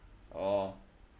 oh